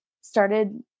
started